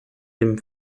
dem